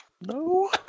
no